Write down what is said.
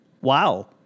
Wow